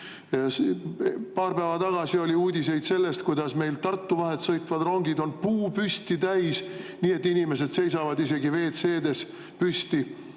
Paar päeva tagasi oli uudiseid sellest, kuidas meil Tartu vahet sõitvad rongid on puupüsti täis, nii et inimesed seisavad isegi WC-des püsti,